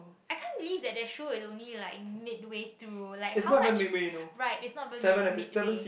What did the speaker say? I can't believe that that show is only like midway through like how much right it's not even mid midway